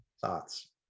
thoughts